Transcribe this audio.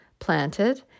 planted